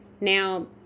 Now